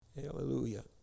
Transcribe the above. Hallelujah